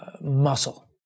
muscle